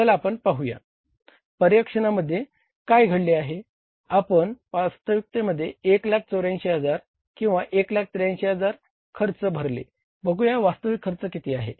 चला आपण पाहूया पर्यवेक्षणामध्ये काय घडले आपण वास्तविकतेमध्ये 184000 किंवा 183000 हजार खर्च भरले बघूया वास्तविक खर्च किती आहे